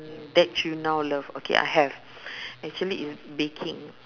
that you now love okay I have actually is baking